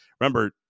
Remember